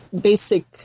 basic